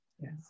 yes